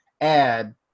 add